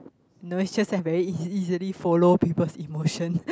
no it just I very easily follow people's emotion